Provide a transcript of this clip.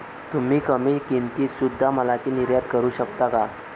तुम्ही कमी किमतीत सुध्दा मालाची निर्यात करू शकता का